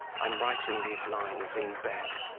i am writing these lines in bed.